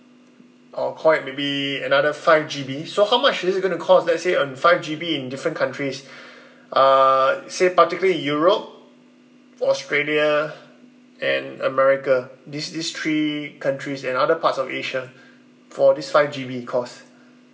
I'll call it maybe another five G_B so how much is it gonna cost let's say um five G_B in different countries uh say particularly in europe australia and america these these three countries and other parts of asia for this five G_B cost